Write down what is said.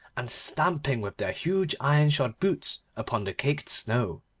and stamping with their huge iron-shod boots upon the caked snow.